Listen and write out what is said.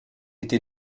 été